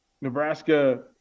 Nebraska